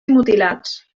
mutilats